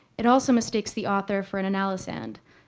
it also mistakes the author for an analysand,